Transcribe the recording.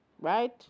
Right